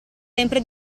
sempre